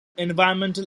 environmental